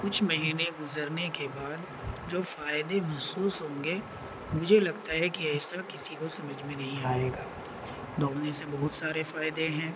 کچھ مہینے گزرنے کے بعد جو فائدے محسوس ہوں گے مجھے لگتا ہے کہ ایسا کسی کو سمجھ میں نہیں آئے گا دوڑنے سے بہت سارے فائدے ہیں